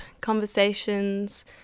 conversations